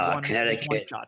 Connecticut